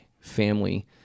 family